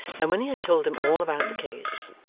and when he had told them all about the case,